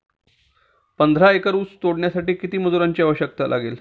पंधरा एकर ऊस तोडण्यासाठी किती मजुरांची आवश्यकता लागेल?